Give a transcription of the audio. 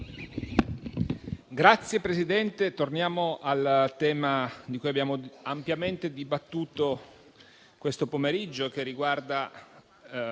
Signor Presidente, torniamo sul tema di cui abbiamo ampiamente dibattuto questo pomeriggio, riguardante